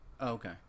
Okay